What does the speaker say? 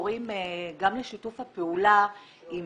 קוראים גם לשיתוף הפעולה עם